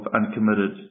uncommitted